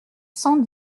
cent